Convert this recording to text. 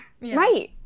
right